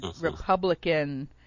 Republican